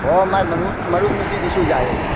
ꯑꯣ ꯃꯥꯏ ꯃꯔꯨꯞ ꯃꯔꯨꯞ ꯅꯨꯄꯤꯗꯨꯁꯨ ꯌꯥꯏꯌꯦ